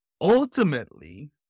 Ultimately